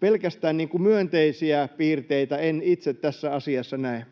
Pelkästään myönteisiä piirteitä en itse tässä asiassa näe.